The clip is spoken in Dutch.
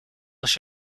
als